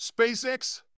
SpaceX